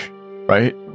right